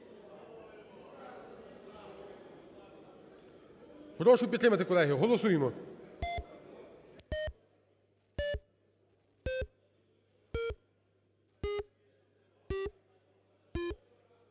Прошу підтримати, колег, голосуємо!